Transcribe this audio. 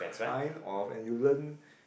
kind of and you learn